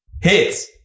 Hits